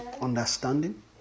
understanding